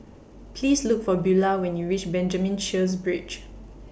Please Look For Beulah when YOU REACH Benjamin Sheares Bridge